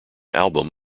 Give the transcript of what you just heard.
album